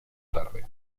tarde